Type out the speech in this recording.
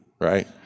right